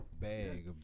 bag